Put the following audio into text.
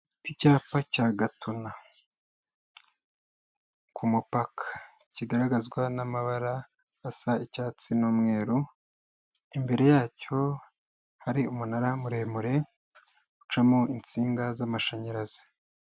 Icyapa cya Gatuna. Ku mupaka. Kigaragazwa n'amabara asa icyatsi n'umweru, imbere yacyo hari umunara muremure ucamo insinga z'amashanyarazi